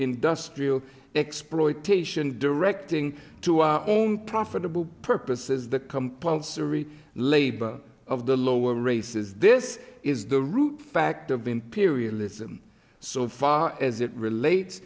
industrial exploitation directing to our own profitable purposes the compulsory labor of the lower races this is the root fact of imperialism so far as it relates